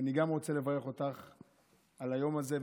גם אני רוצה לברך אותך על היום הזה,